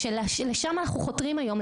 שלשם אנחנו חותרים היום,